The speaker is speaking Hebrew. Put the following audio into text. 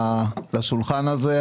לשולחן הזה.